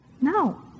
No